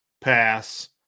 pass